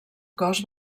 cos